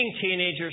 teenagers